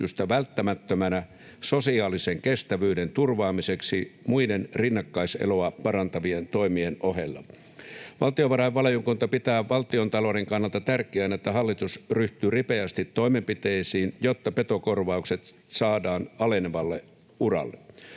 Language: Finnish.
Valtiovarainvaliokunta pitää valtiontalouden kannalta tärkeänä, että hallitus ryhtyy ripeästi toimenpiteisiin, jotta petokorvaukset saadaan alenevalle uralle.